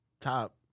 top